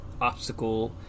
obstacle